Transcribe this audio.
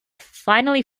finally